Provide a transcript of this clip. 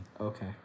Okay